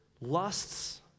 lusts